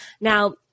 Now